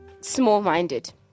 small-minded